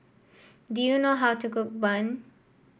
do you know how to cook bun